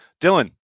Dylan